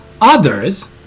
others